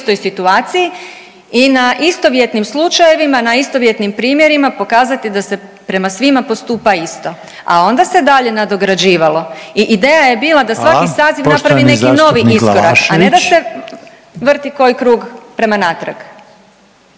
i na istovjetnim slučajevima na istovjetnim primjerima pokazati da se prema svima postupa isto, a onda se dalje nadograđivalo i ideja je bila da svaki… …/Upadica Reiner: Hvala, poštovani zastupnik Glavašević/….